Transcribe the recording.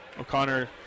O'Connor